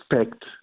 expect